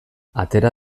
atera